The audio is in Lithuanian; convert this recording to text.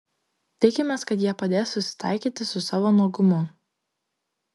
tikimės kad jie padės susitaikyti su savo nuogumu